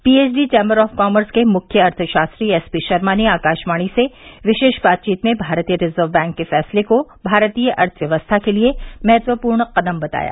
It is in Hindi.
पीएचडी चैम्बर ऑफ कॉमर्स के मुख्य अर्थशास्त्री एसपी शर्मा ने आकाशवाणी से विशेष बातचीत में भारतीय रिजर्व बैंक के फैसले को भारतीय अर्थव्यवस्था के लिए महत्वपूर्ण कदम बताया